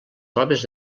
proves